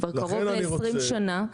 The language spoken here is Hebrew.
כבר קרוב ל-20 שנה,